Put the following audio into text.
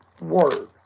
word